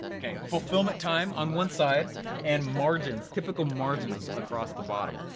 okay, fulfillment time on one side and margins, typical margins across the bottom.